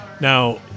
now